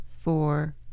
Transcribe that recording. four